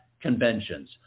conventions